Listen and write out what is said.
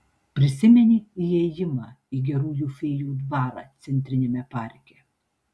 prisimeni įėjimą į gerųjų fėjų dvarą centriniame parke